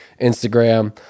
Instagram